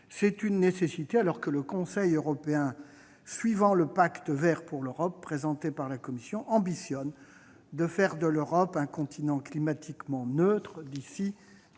C'est une nécessité, alors que le Conseil européen, suivant le Pacte vert pour l'Europe présenté par la Commission, ambitionne de faire de l'Europe un continent climatiquement neutre d'ici à 2050.